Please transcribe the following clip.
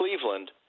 Cleveland